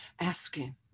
asking